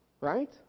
right